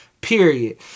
period